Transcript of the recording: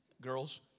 girls